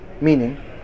meaning